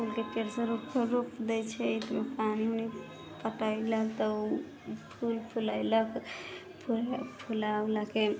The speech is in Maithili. फूलके फेरसँ रोपि दै छै पानी उनी पटैलक तऽ ओ फूल फुलेलक फूल फुला उलाके